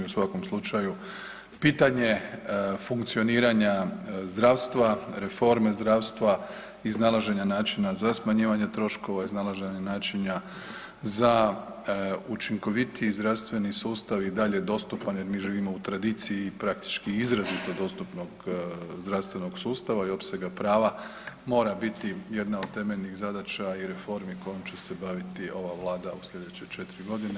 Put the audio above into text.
U svakom slučaju pitanje funkcioniranja zdravstva, reforme zdravstva, iznalaženja načina za smanjivanje troškova, iznalaženje načina za učinkovitiji zdravstveni sustav i dalje dostupan jer mi živimo u tradiciji i praktički izrazito dostupnog zdravstvenog sustava i opsega prava mora biti jedna od temeljnih zadaća i reformi kojom će se baviti ova Vlada u sljedeće četiri godine.